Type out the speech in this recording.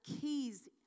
keys